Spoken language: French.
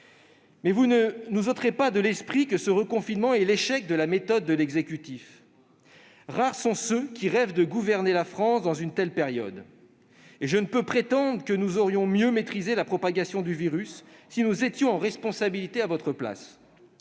Vous ne nous ôterez pas de l'esprit que ce reconfinement signe l'échec de la méthode de l'exécutif. Rares sont ceux qui rêvent de gouverner la France dans une telle période, et je ne peux prétendre que nous aurions mieux maîtrisé la propagation du virus si nous assumions ces responsabilités à votre place.